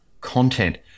content